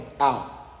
out